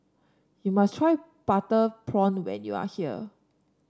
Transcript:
you must try Butter Prawn when you are here